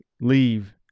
leave